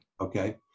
Okay